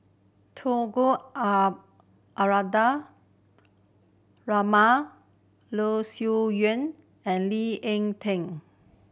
Tunku Abdul Rahman Loh Sin Yun and Lee Ek Tieng